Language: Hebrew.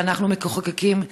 ואנחנו כמחוקקים,